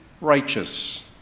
righteous